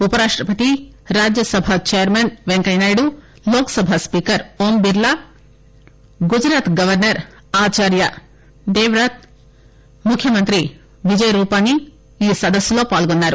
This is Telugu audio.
ఉప రాష్టపతి Rajya Sabha chairman Venkaiah Naidu Lok Sabha speaker Om Birla Gujarat governor Acharya దేవ్వాట్ ముఖ్యమంత్రి విజయ్ రూపాని సదస్సులో పాల్గొన్నారు